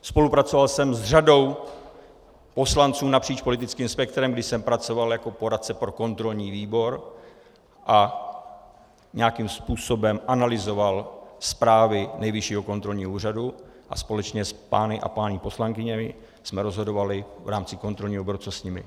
Spolupracoval jsem s řadou poslanců napříč politickým spektrem, když jsem pracoval jako poradce pro kontrolní výbor a nějakým způsobem analyzoval zprávy Nejvyššího kontrolního úřadu a společně s pány a paními poslankyněmi jsme rozhodovali v rámci kontrolního procesu, co s nimi.